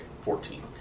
Fourteen